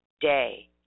day